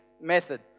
method